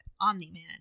Omni-Man